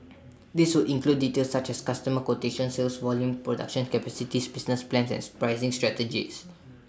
this would include details such as customer quotations sales volumes production capacities business plans and pricing strategies